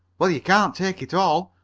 well, you can't take it all.